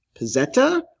pizzetta